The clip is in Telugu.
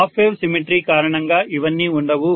హాఫ్ వేవ్ సిమెట్రీ కారణంగా ఇవన్నీ ఉండవు